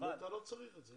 אבל אתה לא צריך את זה.